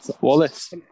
Wallace